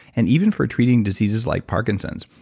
and even for treating diseases like parkinson's.